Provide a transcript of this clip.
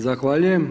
Zahvaljujem.